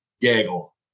gaggle